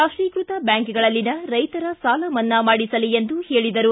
ರಾಷ್ಷೀಕೃತ ಬ್ಯಾಂಕ್ಗಳಲ್ಲಿನ ರೈತರ ಸಾಲ ಮನ್ನಾ ಮಾಡಿಸಲಿ ಎಂದರು